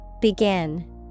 Begin